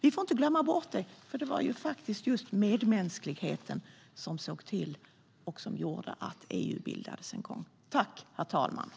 Vi får inte glömma bort att det var just medmänskligheten som gjorde att EU bildades en gång i tiden.